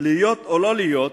"להיות או לא להיות"